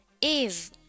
Eve